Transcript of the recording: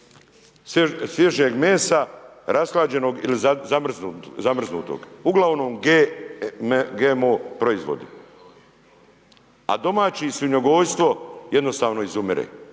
svježijeg mesa, rashlađenog ili zamrznutog, ugl. GMO proizvodi. A domaći, svinjogojstvo jednostavno izumire.